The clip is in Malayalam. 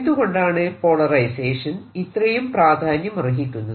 എന്തുകൊണ്ടാണ് പോളറൈസേഷൻ ഇത്രയും പ്രാധാന്യം അർഹിക്കുന്നത്